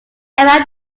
around